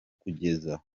kugeza